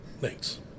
Thanks